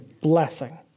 blessing